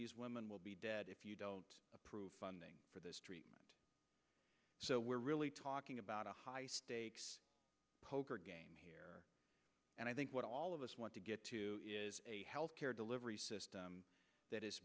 these women will be dead if you don't approve funding for this treatment so we're really talking about a high stakes poker game here and i think what all of us want to get to is a health care delivery system that is